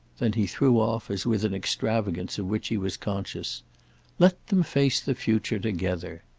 then he threw off as with an extravagance of which he was conscious let them face the future together!